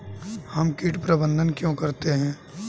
हम कीट प्रबंधन क्यों करते हैं?